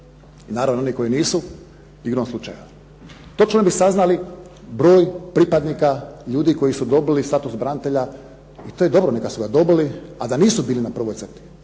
Naravno, oni koji nisu igrom slučaja. Točno bi saznali broj pripadnika ljudi koji su dobili status branitelja i to je dobro, neka su ga dobili, a da nisu bili na prvoj crti,